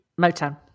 Motown